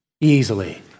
easily